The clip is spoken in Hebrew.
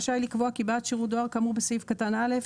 רשאי לקבוע כי בעד שירות דואר כאמור בסעיף קטן (א)